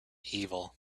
evil